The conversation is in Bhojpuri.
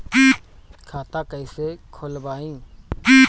खाता कईसे खोलबाइ?